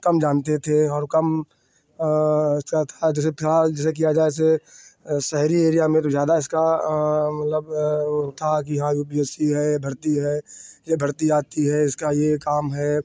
कम जानते थे और कम क्या था जैसे था जैसे कि आज ऐसे शहरी एरिया में तो ज़्यादा इसका मतलब वह था कि हाँ यू पी एस सी है या भर्ती है यह भर्ती आती है इसका यह काम है